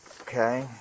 Okay